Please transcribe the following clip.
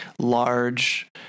large